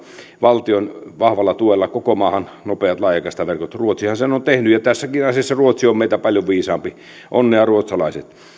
valtion vahvalla tuella koko maahan nopeat laajakaistaverkot ruotsihan sen on tehnyt ja tässäkin asiassa ruotsi on meitä paljon viisaampi onnea ruotsalaiset